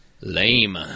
lame